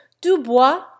Dubois